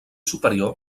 superior